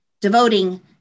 devoting